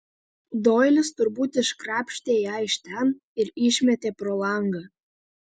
doilis turbūt iškrapštė ją iš ten ir išmetė pro langą